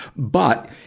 but